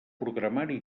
programari